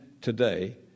today